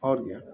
اور کیایا